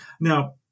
Now